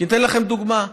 אני אתן לכם דוגמה: